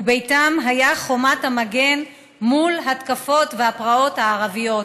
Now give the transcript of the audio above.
וביתם היה חומת המגן מול ההתקפות והפרעות הערביות,